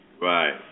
Right